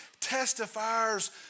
testifiers